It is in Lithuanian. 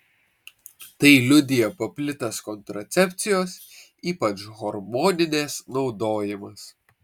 tai liudija paplitęs kontracepcijos ypač hormoninės naudojimas